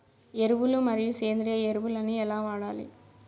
ఎరువులు మరియు సేంద్రియ ఎరువులని ఎలా వాడాలి?